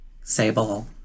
sable